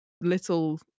little